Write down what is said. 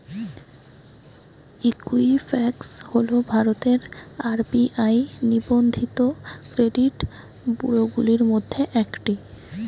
Equifax হল ভারতের RBI নিবন্ধিত ক্রেডিট ব্যুরোগুলির মধ্যে একটি